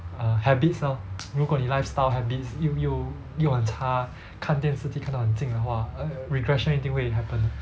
err habits lor 如果你 lifestyle habits 又又又很差看电视机看到很近的话 err regression 一定会 happen